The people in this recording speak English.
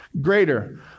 greater